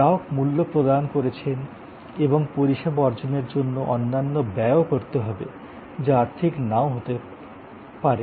গ্রাহক মূল্য প্রদান করেছেন এবং পরিষেবা অর্জনের জন্য অন্যান্য ব্যয়ও করতে হবে যা আর্থিক নাও হতে পারে